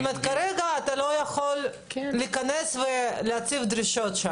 כלומר כרגע אתה לא יכול להיכנס ולהציב שם דרישות.